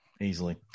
Easily